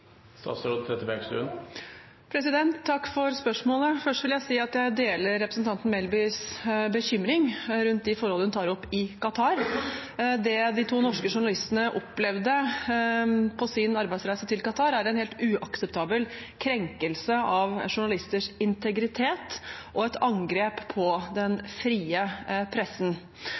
Takk for spørsmålet. Først vil jeg si at jeg deler representanten Melbys bekymring rundt de forholdene hun tar opp i Qatar. Det de to norske journalistene opplevde på sin arbeidsreise til Qatar, er en helt uakseptabel krenkelse av journalisters integritet og et angrep på den frie pressen.